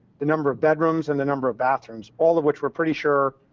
the number of bedrooms, and the number of bathrooms, all of which were, pretty sure,